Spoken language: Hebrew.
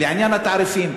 לעניין התעריפים,